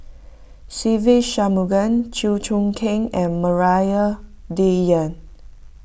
Se Ve Shanmugam Chew Choo Keng and Maria Dyer